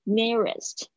nearest